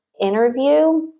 interview